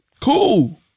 Cool